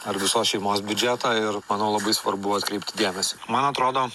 ar visos šeimos biudžetą ir manau labai svarbu atkreipti dėmesį man atrodo